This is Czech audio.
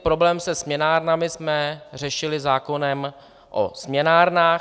Problém se směnárnami jsme řešili zákonem o směnárnách.